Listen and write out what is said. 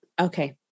Okay